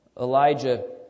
Elijah